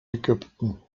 ägypten